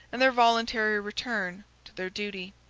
and their voluntary return to their duty.